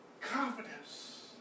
confidence